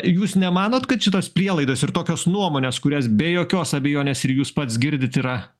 jūs nemanot kad šitos prielaidos ir tokios nuomonės kurias be jokios abejonės ir jūs pats girdit yra